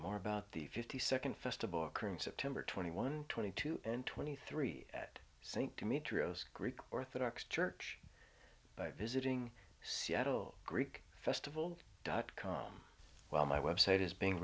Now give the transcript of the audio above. more about the fifty second festa booker in september twenty one twenty two and twenty three at st dimitrios greek orthodox church visiting seattle greek festival dot com while my website is being